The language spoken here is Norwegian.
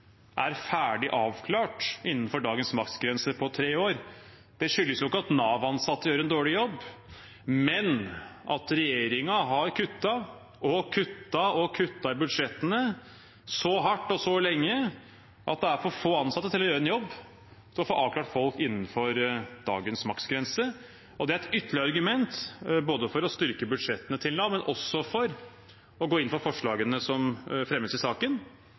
er ferdig avklart innenfor dagens maksgrense på 3 år, skyldes jo ikke at Nav-ansatte gjør en dårlig jobb, men at regjeringen har kuttet og kuttet og kuttet i budsjettene så hardt og så lenge at det er for få ansatte til å gjøre en jobb, til å få avklart folk innenfor dagens maksgrense. Det er et ytterligere argument for å styrke budsjettene til Nav, men også for å gå inn for forslagene som fremmes i saken